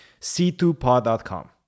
c2pod.com